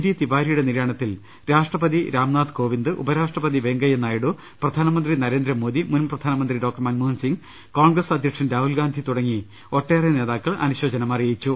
D തിവാരിയുടെ നിര്യാ ണത്തിൽ രാഷ്ട്രപതി രാംനാഥ് കോവിന്ദ് ഉപരാഷ്ട്രപതി വെങ്കയ്യനായിഡു പ്രധാനമന്ത്രി നരേന്ദ്രമോദി മുൻ പ്രധാനമന്ത്രി ഡോക്ടർ മൻമോഹൻ സിംഗ് കോൺഗ്രസ് അധ്യക്ഷൻ രാഹുൽഗാന്ധി തുടങ്ങി ഒട്ടേറെ നേതാക്കൾ അനു ശോചനം അറിയിച്ചു